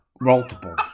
Multiple